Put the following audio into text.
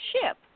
ship